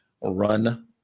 run